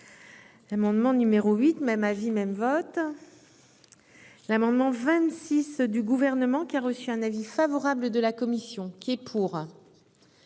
L'amendement numéro 8. Même avis même vote. L'amendement 26 du gouvernement qui a reçu un avis. Favorable de la commission qui est pour.